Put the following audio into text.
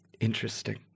interesting